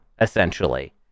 essentially